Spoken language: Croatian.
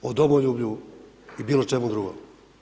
O domoljublju i bilo čemu drugom.